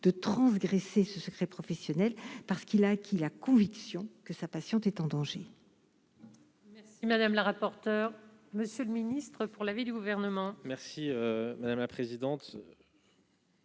de transgresser ce secret professionnel parce qu'il a acquis la conviction que sa patiente est en danger. Madame la rapporteure, monsieur le ministre pour l'avis du gouvernement. Merci madame la présidente.